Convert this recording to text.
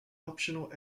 optional